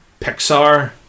Pixar